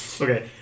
Okay